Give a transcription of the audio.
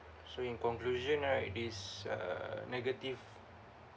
so in conclusion right this uh negative